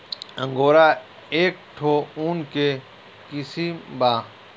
angora एक ठो ऊन के किसिम बा